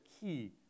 key